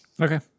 Okay